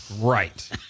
Right